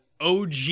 OG